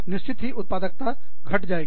निश्चित ही उत्पादकता घट जाएगी